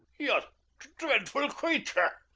ye dreadful creature!